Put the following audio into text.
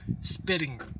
spitting